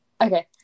okay